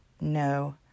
No